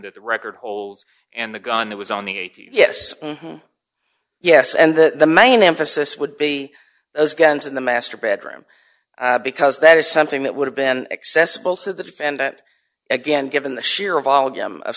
the record holds and the gun that was on the eighty yes yes and the main emphasis would be those guns in the master bedroom because that is something that would have been accessible to the defendant again given the sheer volume of